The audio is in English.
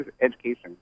education